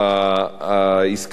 העסקה הזאת,